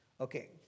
Okay